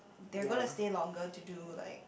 they are gonna stay longer to do like